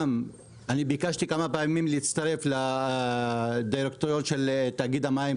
ביקשנו כמה פעמים להצטרף לדירקטוריון של תאגיד המים,